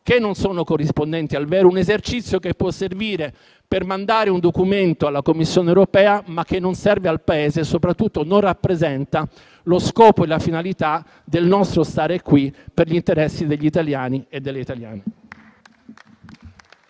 ipotesi non corrispondenti al vero. È un esercizio che può servire per mandare un documento alla Commissione europea, ma che non serve al Paese e soprattutto non rappresenta lo scopo e la finalità del nostro stare qui per gli interessi degli italiani e delle italiane.